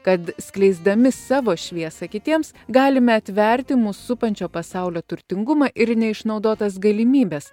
kad skleisdami savo šviesą kitiems galime atverti mus supančio pasaulio turtingumą ir neišnaudotas galimybes